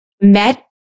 met